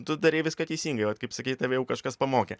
tu darei viską teisingai vat kaip sakei tave jau kažkas pamokė